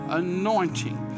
anointing